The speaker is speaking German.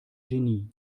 genie